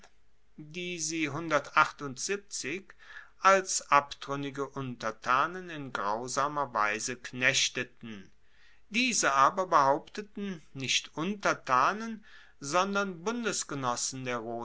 die sie als abtruennige untertanen in grausamer weise knechteten diese aber behaupteten nicht untertanen sondern